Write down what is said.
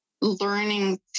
learning